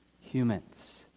Humans